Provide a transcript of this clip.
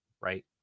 right